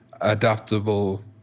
adaptable